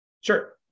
Sure